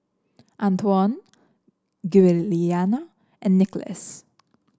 Antwon Giuliana and Nicholas